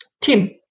Tim